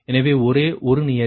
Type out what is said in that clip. எனவே ஒரே ஒரு நியதி